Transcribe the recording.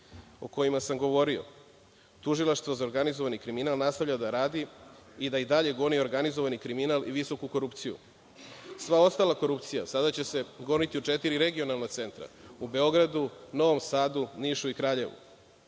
o kojima sam govorio. Tužilaštvo za organizovani kriminal nastavlja da radi i da i dalje goni organizovani kriminal i visoku korupciju. Sva ostala korupcija sada će se goniti u četiri regionalna centra: u Beogradu, Novom Sadu, Nišu i Kraljevu.